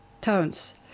tones